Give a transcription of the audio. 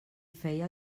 feia